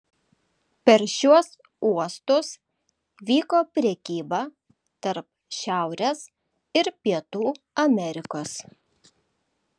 per šiuos uostus vyko prekyba tarp šiaurės ir pietų amerikos